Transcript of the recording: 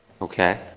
okay